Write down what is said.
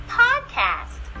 podcast